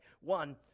One